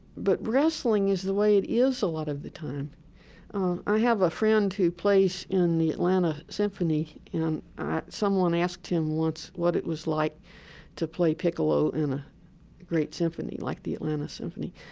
but wrestling is the way it is a lot of the time i have a friend who plays in the atlanta symphony, and someone asked him once what it was like to play piccolo in a great symphony like the atlanta symphony,